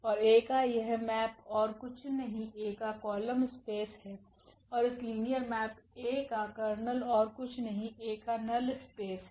और A का यह मैप ओर कुछ नहीं A का कॉलम स्पेस हैऔर इस लिनियर मेप A का कर्नेल ओर कुछ नहीं A का नल स्पेस है